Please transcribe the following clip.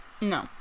No